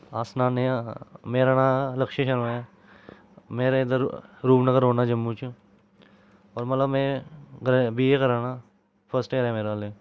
अस सनाने आं मेरा नांऽ लक्ष्य जैन ऐ मैं इद्धर रूपनगर रौह्न्नां जम्मू च होर मल्लब में ग्रै बीए करां ना फर्स्ट सेम ऐ मेरा अल्ली